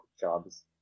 jobs